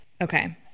Okay